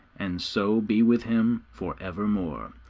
and so be with him for evermore.